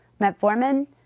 metformin